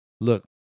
Look